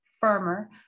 firmer